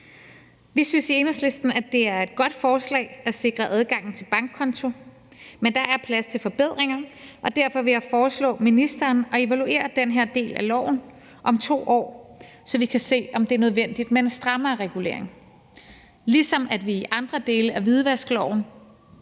Vi synes i Enhedslisten, at det er et godt forslag at sikre adgangen til bankkonto, men der er plads til forbedringer, og derfor vil jeg foreslå ministeren at evaluere den her del af loven om 2 år, så vi kan se, om det er nødvendigt med en strammere regulering, ligesom vi i andre dele af hvidvaskloven